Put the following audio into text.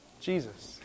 Jesus